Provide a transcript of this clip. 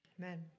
Amen